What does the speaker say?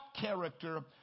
character